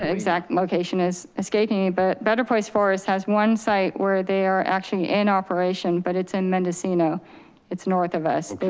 exact location is escaping me, but better place forest has one site where they are actually in operation, but it's in mendocino it's north of us.